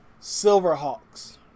Silverhawks